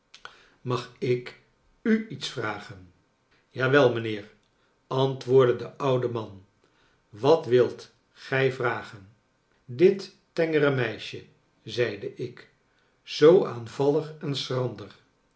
mag ik u iets vragen ja wel mijnheer antwoordde de oude man wat wilt gij vragen dit tengere meisje zeide ik zoo aanvallig en schrander